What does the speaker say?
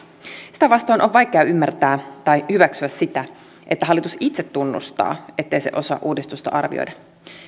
sitä vastoin on vaikea ymmärtää tai hyväksyä sitä että hallitus itse tunnustaa ettei se osaa uudistusta arvioida